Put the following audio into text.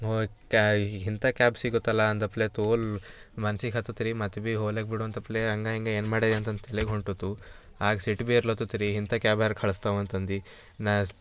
ಕ್ಯಾ ಇಂಥ ಕ್ಯಾಬ್ ಸಿಗುತ್ತಲ್ಲ ಅಂದಪ್ಪಲೆ ತೋಲು ಮನ್ಸಿಗೆ ಹತ್ತತುರೀ ಮತ್ತು ಭಿ ಹೋಲ್ಯಾಗ ಬಿಡುಂದಪ್ಪಲೆ ಹಂಗೆ ಹಿಂಗೆ ಏನು ಮಾಡಿದೆ ಅಂತಂದು ತಲೆಗೋಂಟುತು ಆಗ ಸಿಟ್ಟು ಭಿ ಎರಲತ್ತುತ್ರೀ ಇಂಥ ಕ್ಯಾಬ್ ಯಾರು ಕಳ್ಸ್ತವಂತಂದು ನಾ